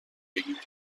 بگیریم